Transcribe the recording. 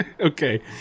Okay